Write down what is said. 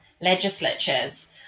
legislatures